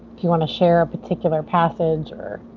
you want to share a particular passage.